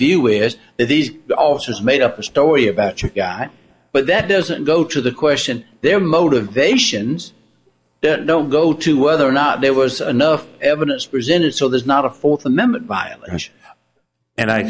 view is that these officers made up a story about you but that doesn't go to the question their motivations don't go to whether or not there was another evidence presented so there's not a fourth amendment violation and i